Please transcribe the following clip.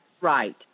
right